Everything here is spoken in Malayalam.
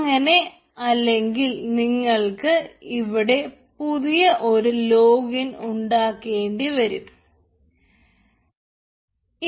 അങ്ങനെ അല്ലെങ്കിൽ നിങ്ങൾക്ക് ഇവിടെ പുതിയ ഒരു ലോഗിൻ ഉണ്ടാക്കേണ്ടിവരും വരും